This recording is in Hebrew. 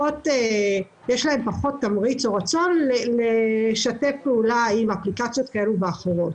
יש להם פחות תמריץ או רצון לשתף פעולה עם אפליקציות כאלה ואחרות.